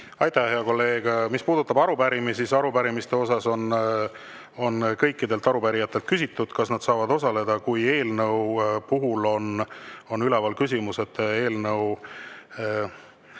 Aitäh, hea kolleeg! Mis puudutab arupärimisi, siis on kõikidelt arupärijatelt küsitud, kas nad saavad osaleda. Kui eelnõu puhul on üleval see, et eelnõu